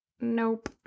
Nope